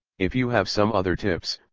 if you have some other tips,